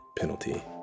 penalty